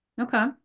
Okay